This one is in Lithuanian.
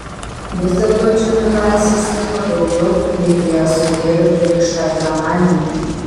vis dėlto džinui laisvės liko daugiau nei prie ąsotėlio pririštai kamanei